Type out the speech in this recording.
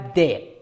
dead